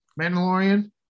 mandalorian